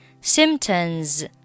symptoms